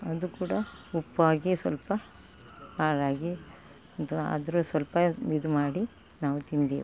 ಅದು ಕೂಡ ಉಪ್ಪಾಗಿ ಸ್ವಲ್ಪ ಹಾಳಾಗಿ ಆದರು ಸ್ವಲ್ಪ ಇದು ಮಾಡಿ ನಾವು ತಿಂದೆವು